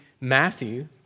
Matthew